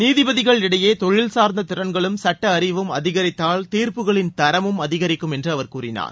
நீதிபதிகள் இடையே தொழில்சார்ந்த திறன்களும் சட்ட அறிவும் அதிகரித்தால் தீர்ப்புகளின் தரமும் அதிகரிக்கும் என்று அவர் கூறினார்